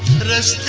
and as